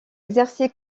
exercé